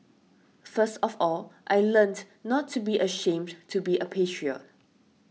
first of all I learnt not to be ashamed to be a patriot